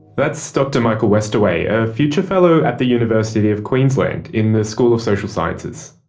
that's dr michael westaway, a future fellow at the university of queensland in the school of social sciences